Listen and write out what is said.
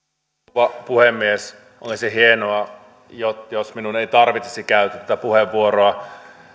arvoisa rouva puhemies olisi hienoa jos minun ei tarvitsisi käyttää tätä puheenvuoroa ja